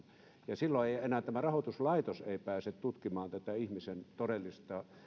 ja silloin ei enää rahoituslaitos pääse tutkimaan ihmisen todellista